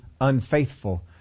unfaithful